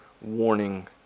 warning